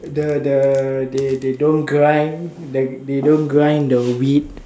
the the they they don't grind they they don't grind the wheat